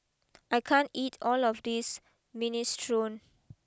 I can't eat all of this Minestrone